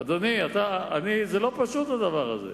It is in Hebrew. אדוני, זה לא פשוט הדבר הזה.